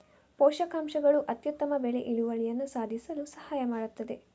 ಪೋಷಕಾಂಶಗಳು ಅತ್ಯುತ್ತಮ ಬೆಳೆ ಇಳುವರಿಯನ್ನು ಸಾಧಿಸಲು ಸಹಾಯ ಮಾಡುತ್ತದೆ